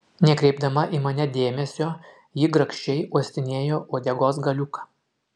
nekreipdama į mane dėmesio ji grakščiai uostinėjo uodegos galiuką